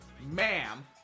Ma'am